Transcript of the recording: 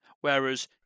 whereas